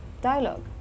dialogue